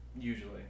usually